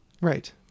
right